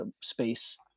space